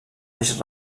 baix